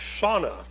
sauna